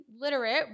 literate